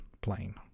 plane